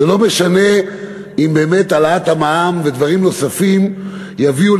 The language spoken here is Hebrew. לא משנה אם באמת העלאת המע"מ ודברים נוספים יביאו,